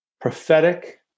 prophetic